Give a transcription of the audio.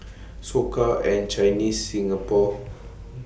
Soka and Chinese Singapore